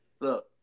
look